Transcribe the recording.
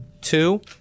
Two